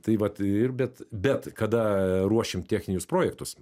tai vat ir bet bet kada ruošiam techninius projektus